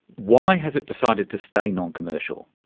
why has it decided to stay non-commercial?